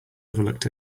overlooked